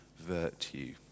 virtue